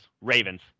Ravens